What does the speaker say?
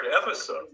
episode